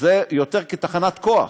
זה יותר כתחנת כוח,